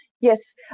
Yes